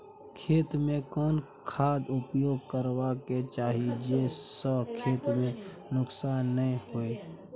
खेत में कोन खाद उपयोग करबा के चाही जे स खेत में नुकसान नैय होय?